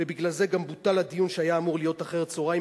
ובגלל זה בוטל הדיון שהיה אמור להיות אחר-הצהריים,